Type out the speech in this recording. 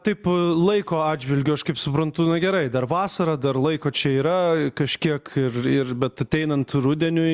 taip laiko atžvilgiu aš kaip suprantu nu gerai dar vasara dar laiko čia yra kažkiek ir ir bet ateinant rudeniui